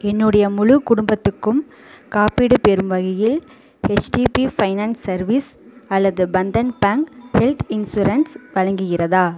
என்னுடைய முழு குடும்பத்துக்கும் காப்பீடு பெறும் வகையில் ஹெச்டிபி ஃபைனான்ஸ் சர்வீஸ் அல்லது பந்தன் பேங்க் ஹெல்த் இன்ஷுரன்ஸ் வழங்குகிறதா